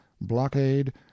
blockade